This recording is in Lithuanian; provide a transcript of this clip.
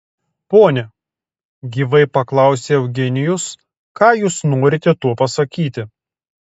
pone gyvai paklausė eugenijus ką jūs norite tuo pasakyti